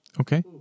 Okay